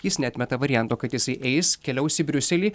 jis neatmeta varianto kad jisai eis keliaus į briuselį